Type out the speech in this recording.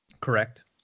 correct